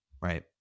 Right